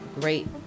great